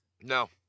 No